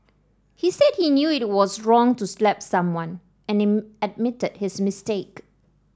he said he knew it was wrong to slap someone and admitted his mistake